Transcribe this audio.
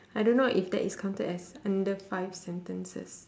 I don't know if that is counted as under five sentences